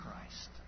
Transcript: Christ